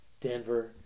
Denver